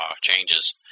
changes